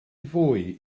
fwy